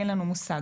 אין לנו מושג.